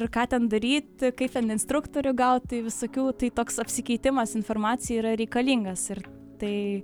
ir ką ten daryt kaip ten instruktorių gaut tai visokių tai toks apsikeitimas informacija yra reikalingas ir tai